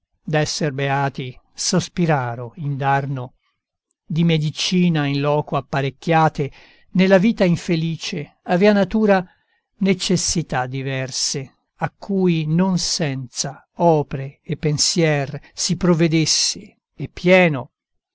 nacque d'esser beati sospiraro indarno di medicina in loco apparecchiate nella vita infelice avea natura necessità diverse a cui non senza opra e pensier si provvedesse e pieno